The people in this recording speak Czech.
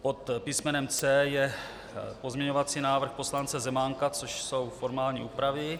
Pod písmenem C je pozměňovací návrh poslance Zemánka, což jsou formální úpravy.